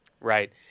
Right